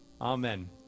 amen